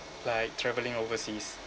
like travelling overseas